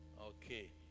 Okay